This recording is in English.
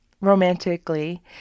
romantically